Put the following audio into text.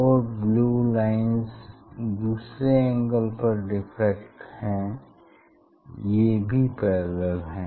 और blue lines दूसरे angle पर डिफ्रेक्ट हैं ये भी पैरेलल हैं